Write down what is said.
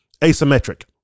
asymmetric